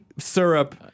Syrup